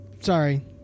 sorry